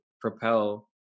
propel